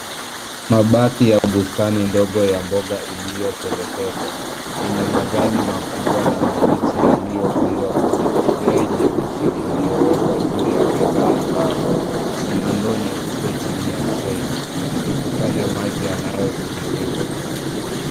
Mabaki ya bustani ndogo ya mboga iliyo telekezwa, yenye majani makubwa na mabichi yaliyopandwa kwenye tray nyeusi iliyowekwa juu ya meza ya mbao. Kuna ndoo nyeupe chini ya tray likikusanya maji yanayotiririka.